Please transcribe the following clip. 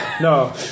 no